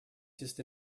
just